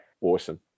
awesome